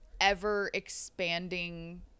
ever-expanding